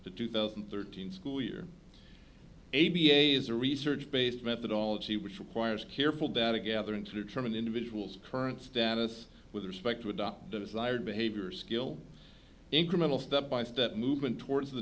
to two thousand and thirteen school year a b a is a research based methodology which requires careful data gathering to determine individual's current status with respect to adopt a desired behavior skill incremental step by step movement towards the